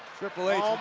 triple h